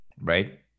right